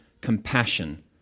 compassion